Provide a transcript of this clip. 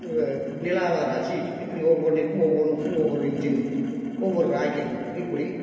இவ நில ஆரா ஆராய்ச்சி இப்படி ஒவ்வொன்னிற்கும் ஒவ்வொன்றுக்கும் ஒவ்வொரு இன்ஜின் ஒவ்வொரு ராக்கெட் இப்படி